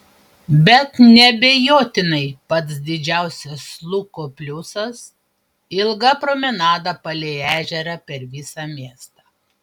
bet neabejotinai pats didžiausias luko pliusas ilga promenada palei ežerą per visą miestą